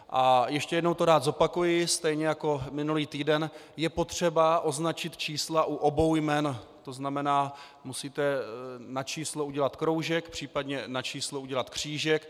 A ještě jednou to rád zopakuji, stejně jako minulý týden je potřeba označit čísla u obou jmen, tzn. musíte na číslo udělat kroužek, případně na číslo udělat křížek.